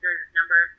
number